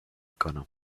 کنم